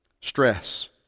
stress